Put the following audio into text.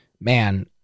man